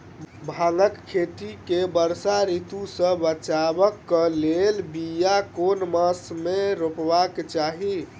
भांगक खेती केँ वर्षा ऋतु सऽ बचेबाक कऽ लेल, बिया केँ मास मे रोपबाक चाहि?